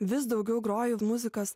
vis daugiau groju muzikos